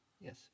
Yes